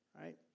right